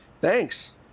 Thanks